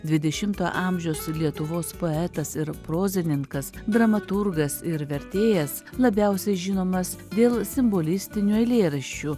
dvidešimto amžiaus lietuvos poetas ir prozininkas dramaturgas ir vertėjas labiausiai žinomas dėl simbolistinių eilėraščių